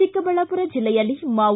ಚಿಕ್ಕಬಳ್ಳಾಪುರ ಜಿಲ್ಲೆಯಲ್ಲಿ ಮಾವು